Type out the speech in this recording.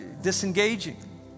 disengaging